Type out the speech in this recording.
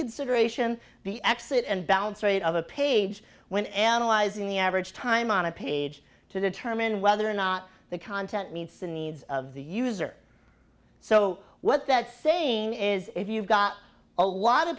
consideration the exit and balance rate of a page when analyzing the average time on a page to determine whether or not the content meets the needs of the user so what that saying is if you've got a lot